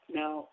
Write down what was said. now